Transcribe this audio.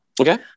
Okay